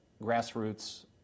grassroots